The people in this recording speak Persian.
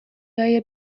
های